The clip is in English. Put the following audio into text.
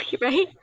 right